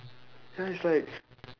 ya he's like